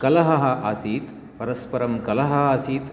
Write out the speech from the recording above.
कलहः आसीत् परस्परं कलहः आसीत्